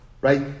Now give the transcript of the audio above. right